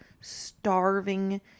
starving